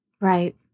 Right